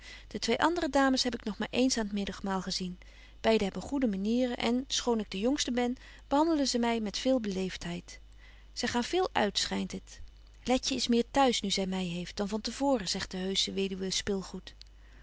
de twee andere dames heb ik nog maar eens aan t middagmaal gezien beiden hebben goede manieren en schoon ik de jongste ben behandelen ze my met veel beleeftheid zy gaan veel uit schynt het letje is meer t'huis nu zy my heeft dan van te voren zegt de heusche weduwe spilgoed